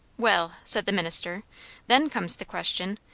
well! said the minister then comes the question,